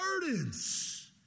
burdens